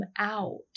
out